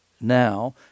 now